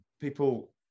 people